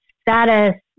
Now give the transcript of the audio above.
status